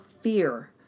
fear